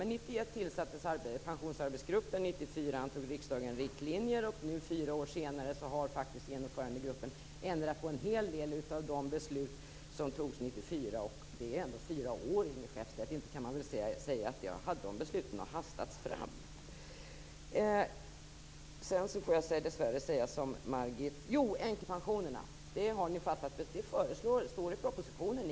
Men pensionsarbetsgruppen tillsattes 1991, riksdagen antog riktlinjer 1994 och nu - fyra år senare - har genomförandegruppen ändrat på en hel del av de beslut som fattades 1994. Det är ändå fyra år sedan, Ingrid Skeppstedt! Det står om änkepensionerna i propositionen, Ingrid Skeppstedt.